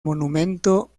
monumento